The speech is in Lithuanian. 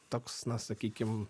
toks na sakykim